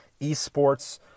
Esports